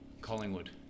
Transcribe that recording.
Collingwood